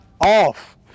off